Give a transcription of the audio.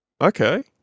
Okay